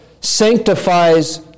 sanctifies